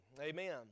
Amen